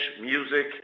music